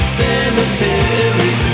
cemetery